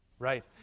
Right